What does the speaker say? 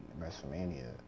WrestleMania